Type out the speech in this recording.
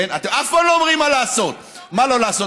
אתם אף פעם לא אומרים מה לא לעשות, ב.